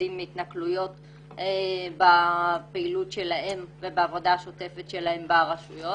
עם התנכלויות בפעילות שלהם ובעבודה השוטפת שלהם ברשויות.